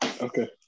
Okay